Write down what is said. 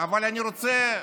עשינו,